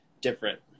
different